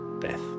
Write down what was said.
death